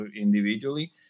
individually